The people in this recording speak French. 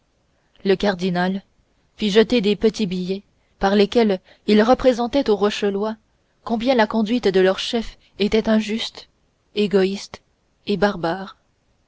le cardinal fit jeter des petits billets par lesquels il représentait aux rochelois combien la conduite de leurs chefs était injuste égoïste et barbare